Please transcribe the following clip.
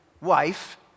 wife